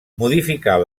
modificar